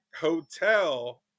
hotel